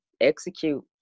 execute